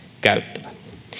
käyttävän